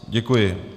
Děkuji.